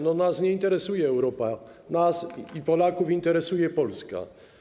Nas nie interesuje Europa, nas i Polaków interesuje Polska.